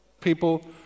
people